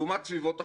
לעומת סביבות אחרות,